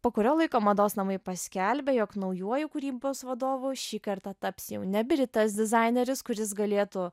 po kurio laiko mados namai paskelbė jog naujuoju kūrybos vadovu šį kartą taps jau ne britas dizaineris kuris galėtų